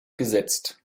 gesetzt